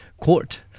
court